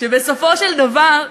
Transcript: בסופו של דבר,